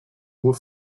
nur